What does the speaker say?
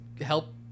help